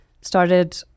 started